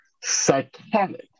psychotic